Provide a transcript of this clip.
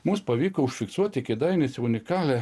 mums pavyko užfiksuoti kėdainiuose unikalią